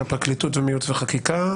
מהפרקליטות ומייעוץ וחקיקה,